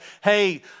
hey